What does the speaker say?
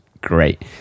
great